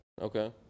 Okay